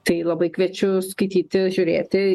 tai labai kviečiu skaityti žiūrėti